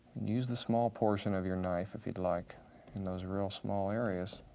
use the small portion of your knife if you'd like in those real small areas.